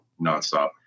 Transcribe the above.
nonstop